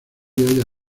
haya